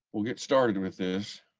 we'll get started with this.